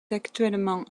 actuellement